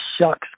shucks